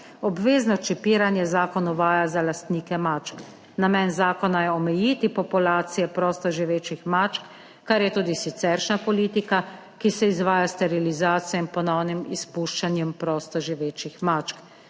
Obvezno čipiranje zakon uvaja za lastnike mačk, namen zakona je omejiti populacije prostoživečih mačk, kar je tudi siceršnja politika, ki se izvaja, sterilizacijo in ponovnim izpuščanjem prostoživečih mačk.